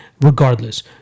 regardless